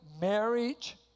marriage